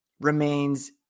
remains